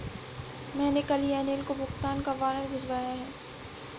मैंने कल ही अनिल को भुगतान का वारंट भिजवाया है